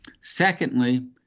Secondly